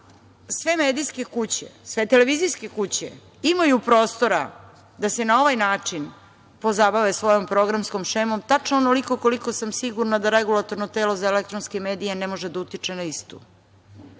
sve medijske kuće, sve televizijske kuće imaju prostora da se na ovaj način pozabave svojom programskom šemom, tačno onoliko koliko sam sigurna da REM ne može da utiče na istu.